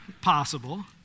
Possible